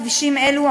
כבישים אלו,